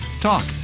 Talk